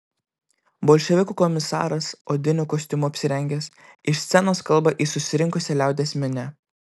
bolševikų komisaras odiniu kostiumu apsirengęs iš scenos kalba į susirinkusią liaudies minią